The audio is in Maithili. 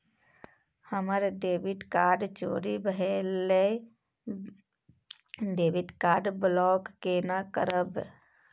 हमर डेबिट कार्ड चोरी भगेलै डेबिट कार्ड ब्लॉक केना करब?